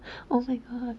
oh my god